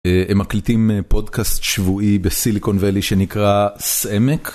הם מקליטים פודקאסט שבועי בסיליקון ואלי שנקרא סעמק.